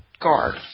Guard